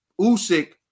Usyk